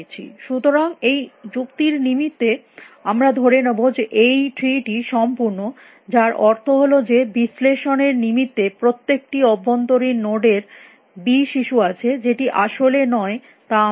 সুতরাং এই যুক্তির নিমিত্তে আমরা ধরে নেব যে এই ট্রি টি সম্পূর্ণ যার অর্থ হল যে বিশ্লেষণের নিমিত্তে প্রত্যেকটি অভ্যন্তরীণ নোড এর বি শিশু আছে যেটি আসলে নয় তা আমরা জানি